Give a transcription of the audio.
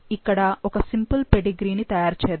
ఇక్కడ ఒక simple pedigree ని తయారు చేద్దాం